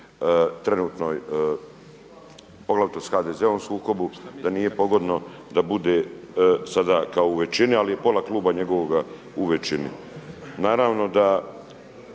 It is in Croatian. trenutnoj poglavito sa HDZ-om sukobu da nije pogodno da bude sada kao u većini. Ali je pola kluba njegovoga u većini. Naravno da